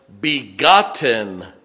begotten